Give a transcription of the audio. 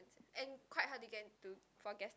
and quite hard to get into for guest